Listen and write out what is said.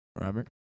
Robert